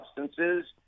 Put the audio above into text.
substances